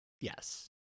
yes